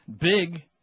Big